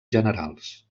generals